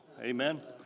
amen